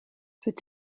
peut